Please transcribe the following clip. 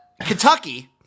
Kentucky